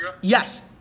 Yes